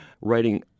writing